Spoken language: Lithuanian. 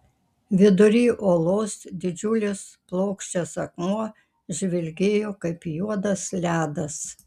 vidury olos didžiulis plokščias akmuo žvilgėjo kaip juodas ledas